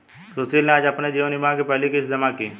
सुशील ने आज अपने जीवन बीमा की पहली किश्त जमा की